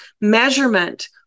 Measurement